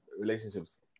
relationships